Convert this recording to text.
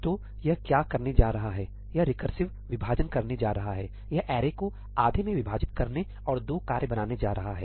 तो यह क्या करने जा रहा है यह रिकसिव विभाजन करने जा रहा हैयह ऐरे को आधे में विभाजित करने और 2 कार्य बनाने जा रहा है